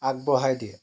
আগবঢ়াই দিয়ে